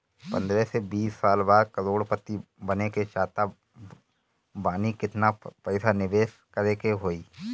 पंद्रह से बीस साल बाद करोड़ पति बने के चाहता बानी केतना पइसा निवेस करे के होई?